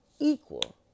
Equal